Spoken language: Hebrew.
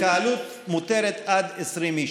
התקהלות מותרת עד 20 איש.